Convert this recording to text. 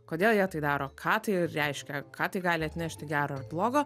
kodėl jie tai daro ką tai reiškia ką tai gali atnešti gero ar blogo